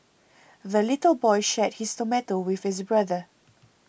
the little boy shared his tomato with his brother